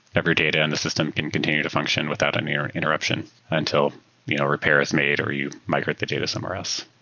every data in the system can continue to function without any and interruption until you know repair is made or you migrate the data somewhere else.